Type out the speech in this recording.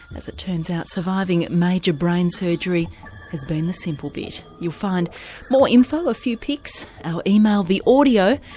as it turns out surviving major brain surgery has been the simple bit! you'll find more info and a few pics, our email, the audio,